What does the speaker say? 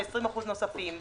ו-20% נוספים.